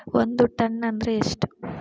ಒಂದ್ ಟನ್ ಅಂದ್ರ ಎಷ್ಟ?